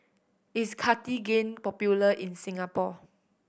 is Cartigain popular in Singapore